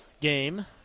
game